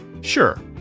Sure